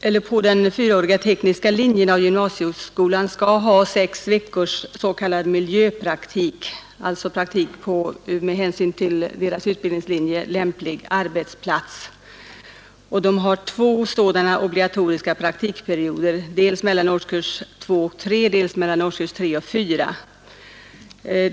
Eleverna på den fyraåriga tekniska linjen av gymnasieskolan skall ha sex veckors s.k. miljöpraktik, alltså praktik på med hänsyn till deras utbildningslinje lämplig arbetsplats. De har två sådana obligatoriska praktikperioder dels mellan årskurs 2 och 3, dels mellan årskurs 3 och 4.